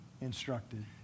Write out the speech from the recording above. instructed